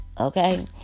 okay